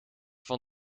van